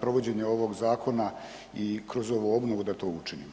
provođenje ovog zakona i kroz ovu obnovu da to učinimo.